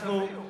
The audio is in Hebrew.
אז תביאו.